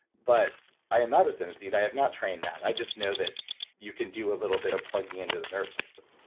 but i am not a synesthete. i have not trained that. i just know that you can do a little bit of plugging into the nervous system.